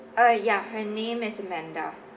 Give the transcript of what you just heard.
uh ya her name is amanda